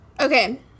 Okay